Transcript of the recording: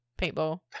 paintball